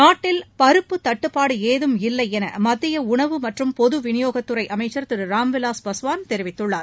நாட்டில் பருப்பு தட்டுப்பாடு ஏதும் இல்லை என மத்திய உணவு மற்றும் பொதுவிநியோகத் துறை அமைச்சர் திரு ராம்விலாஸ் பாஸ்வான் தெரிவித்துள்ளார்